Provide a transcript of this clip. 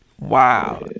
Wow